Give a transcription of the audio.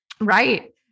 Right